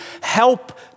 help